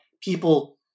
people